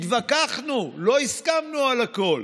התווכחנו, לא הסכמנו על הכול